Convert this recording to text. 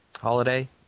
holiday